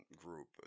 group